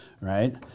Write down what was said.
right